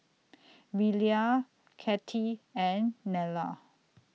Belia Cathy and Nella